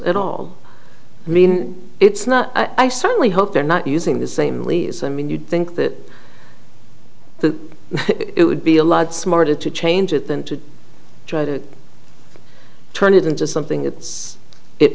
at all i mean it's not i certainly hope they're not using the same lease i mean you'd think that the it would be a lot smarter to change it than to try to turn it into something it's it